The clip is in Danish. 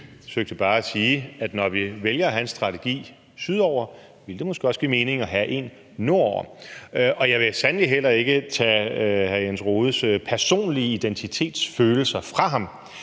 Jeg forsøgte bare at sige, at når vi vælger at have en strategi sydover, ville det måske også give mening at have en nordover. Og jeg vil sandelig heller ikke tage hr. Jens Rohdes personlige identitetsfølelser fra ham,